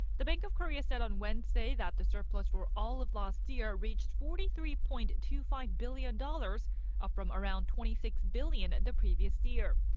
the bank of korea said on wednesday that the surplus for all of last year reached forty three point two five billion dollars up from around twenty six billion dollars and the previous year.